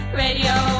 radio